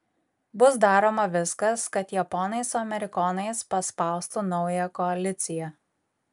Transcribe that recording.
bus daroma viskas kad japonai su amerikonais paspaustų naują koaliciją